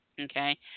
okay